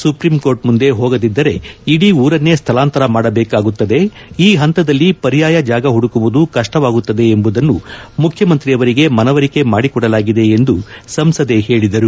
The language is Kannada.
ಸುಪ್ರೀಂ ಕೋರ್ಟ್ ಮುಂದೆ ಹೋಗದಿದ್ದರೆ ಇಡೀ ಊರನ್ನೇ ಸ್ವಳಾಂತರ ಮಾಡಬೇಕಾಗುತ್ತದೆ ಈ ಹಂತದಲ್ಲಿ ಪರ್ಯಾಯ ಜಾಗ ಹುಡುಕುವುದು ಕಷ್ಟವಾಗುತ್ತದೆ ಎಂಬುದನ್ನು ಮುಖ್ಯಮಂತ್ರಿ ಅವರಿಗೆ ಮನವರಿಕೆ ಮಾಡಿಕೊಡಲಾಗಿದೆ ಎಂದು ಸಂಸದೆ ಹೇಳಿದರು